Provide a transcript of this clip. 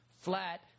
flat